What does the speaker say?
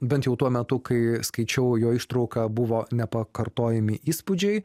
bent jau tuo metu kai skaičiau jo ištrauką buvo nepakartojami įspūdžiai